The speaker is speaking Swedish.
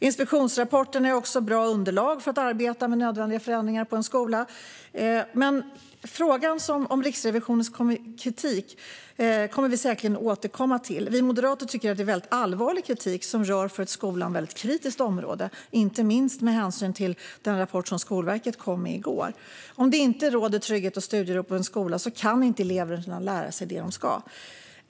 Inspektionsrapporten är också ett bra underlag för att arbeta med nödvändiga förändringar på en skola, men frågan om Riksrevisionens kritik kommer vi säkerligen att återkomma till. Vi moderater tycker att det är väldigt allvarlig kritik som rör ett för skolan kritiskt område, inte minst med hänsyn till den rapport som Skolverket kom med i går. Om det inte råder trygghet och studiero på en skola kan inte eleverna lära sig det de ska.